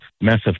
massive